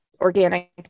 organic